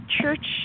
church